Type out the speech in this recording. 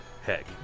Heck